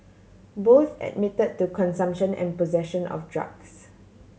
both admitted to consumption and possession of drugs